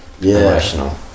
emotional